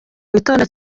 witonda